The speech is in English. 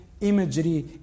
Imagery